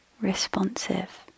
responsive